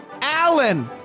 alan